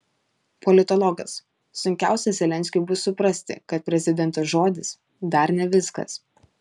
politologas sunkiausia zelenskiui bus suprasti kad prezidento žodis dar ne viskas